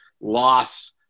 loss